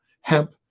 Hemp